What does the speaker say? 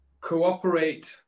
cooperate